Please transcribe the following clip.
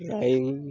drawing